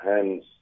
Hence